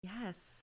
yes